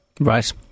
right